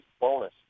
bonus